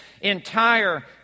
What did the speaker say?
entire